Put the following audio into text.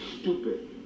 stupid